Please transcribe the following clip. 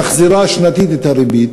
ומחזירה שנתית את הריבית.